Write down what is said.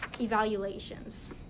evaluations